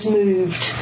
moved